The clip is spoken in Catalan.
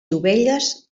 ovelles